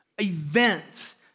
events